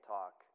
Talk